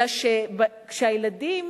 אלא כשהילדים